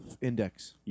index